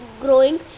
growing